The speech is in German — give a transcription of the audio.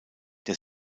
der